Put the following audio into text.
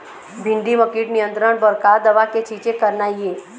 भिंडी म कीट नियंत्रण बर का दवा के छींचे करना ये?